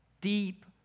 deep